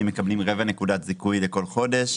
מקבלים רבע נקודת זיכוי לכל חודש,